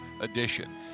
edition